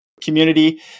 community